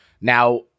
now